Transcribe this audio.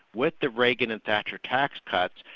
with the reagan and thatcher tax cuts,